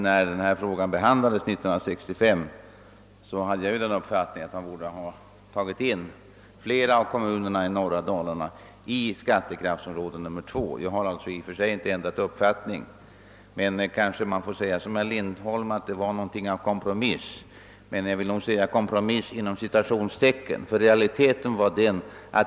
När denna fråga behandlades år 1965 hade jag den uppfattningen, att man borde ha tagit in flera av kommu nerna i norra Dalarna i skattekraftområde nr 2. Jag har alltså i och för sig inte ändrat uppfattning. Kanske man såsom herr Lindholm sade får anse att det hela var något av en kompromiss, men jag vill i så fall sätta citationstecken om ordet kompromiss.